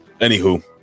Anywho